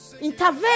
Intervene